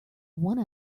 one